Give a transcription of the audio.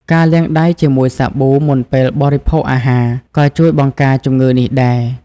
ការលាងដៃជាមួយសាប៊ូមុនពេលបរិភោគអាហារ ក៏ជួយបង្ការជំងឺនេះដែរ។